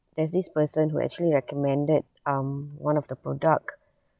there's this person who actually recommended um one of the product